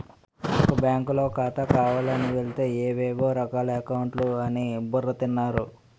నాకు బాంకులో ఖాతా కావాలని వెలితే ఏవేవో రకాల అకౌంట్లు అని బుర్ర తిన్నారు